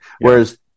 whereas